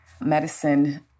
medicine